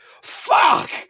fuck